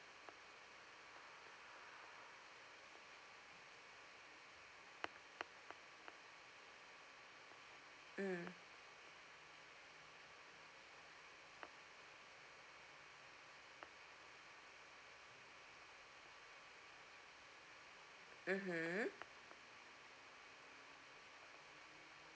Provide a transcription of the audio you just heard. mm mmhmm